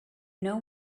know